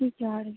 ठीक ये आ रही